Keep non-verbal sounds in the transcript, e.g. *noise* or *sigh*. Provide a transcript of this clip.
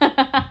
*laughs*